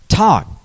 Talk